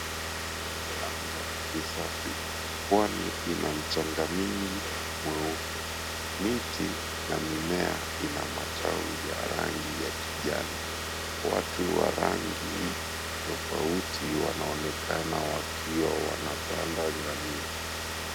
Anga ni safi, pwani ina mchanga mingi mweupe. Miti na mimea inamatawi ya rangi ya kijani. Watu wa rangi tofauti wanaonekana wakiwa wanapanda ngamia.